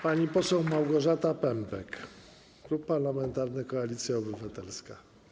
Pani poseł Małgorzata Pępek, Klub Parlamentarny Koalicja Obywatelska.